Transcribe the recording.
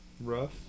rough